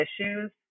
issues